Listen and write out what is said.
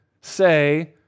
say